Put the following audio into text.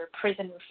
prison